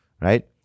right